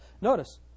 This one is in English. Notice